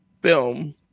film